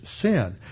sin